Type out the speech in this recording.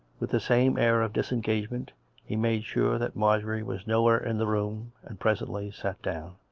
with the same air of disengagement he made sure that marjorie was nowhere in the room, and presently sat down.